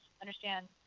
understand